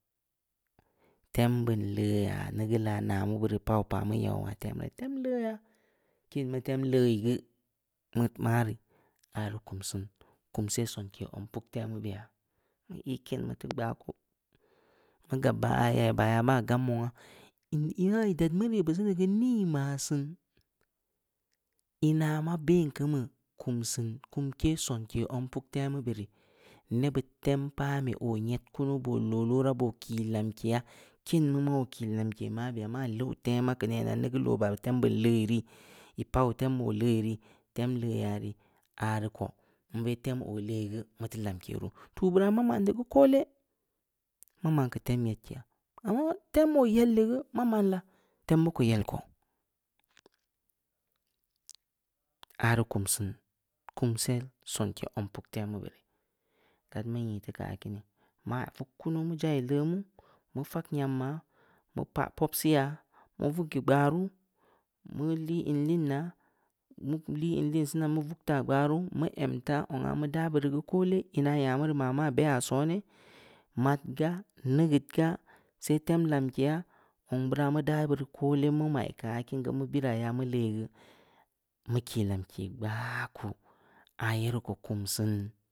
tem beun leuya, nageul aah nah beud ii pau, paa mu yau wa tem, temleuya, ken mu tem leui geu, mu ma rii, aah rii kum siin kumsel sonke zon puktemu beya, mu ii ken mu teu gbaku, mu gab ya, aah ya ii baah ya ma gam wongha, ina ii ded mu rii ii beu seni geu, nii maah siin, ina ma ben kin beu, kum siin kumke sonke zong puktemu beh rii, nebbud temu beh rii, nebbud tem paa be oo nyed kunu, boo looloora, boo kii lamkeya, ken mu mah oo kii lamke mabeya, maa leuw tema, keu nenah negeul oo, baah tem beun leui rii, ii pau tem oo leui rii, temleuya rii, aah rii koh, nbeh tem oo leui geu, mu teu lamke ruu, tuu beu raa ma man di geu kole, ma man keu tem nyedkeya, amma tem oo yel yi geu, ma man laa? Tem mu ko yel ko, aah rii kum siin kumsel somke zong puktemu be rii, gad meu nyii teu aah kini, ma vug kunu, mu jai leumu, mu fag nyam ya, mu paa popsi ya, mu vug ya gbaruu, mu lii in liin ya, mu lii inliin siina mu vug ta gbaruu, mu em ta zong aah mu daa bur ii geu koole, ina nya mu rii ma maah be ya sone, mad ga, negeud ga, sai tem lamkeya, zong beu raa mu da beu rii koole mu mai keu aah kiin geu, mu birai ya mu leui geu, mu kii lamke gbaku, aah ye rii ko kum siin tem